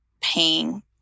paying